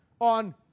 on